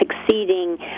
succeeding